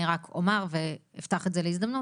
אני רק אומר ואפתח את זה להזדמנות,